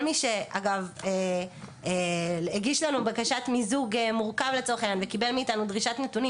כל מי שהגיש לנו בקשת מיזוג מורכב וקיבל מאיתנו דרישת נתונים,